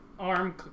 Arm